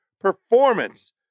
performance